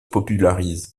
popularise